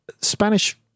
Spanish